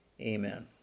Amen